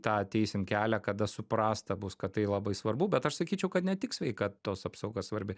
tą ateisim kelią kada suprasta bus kad tai labai svarbu bet aš sakyčiau kad ne tik sveikatos apsauga svarbi